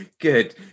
good